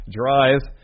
drives